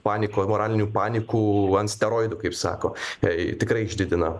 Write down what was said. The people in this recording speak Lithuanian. panikoj moralinių panikų ant steroidų kaip sako tai tikrai išdidina